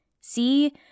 see